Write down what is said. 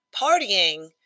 partying